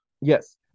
Yes